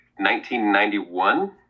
1991